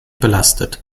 belastet